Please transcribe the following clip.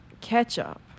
Ketchup